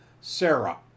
Sarah